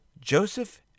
Joseph